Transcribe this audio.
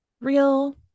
real